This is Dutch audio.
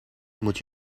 moet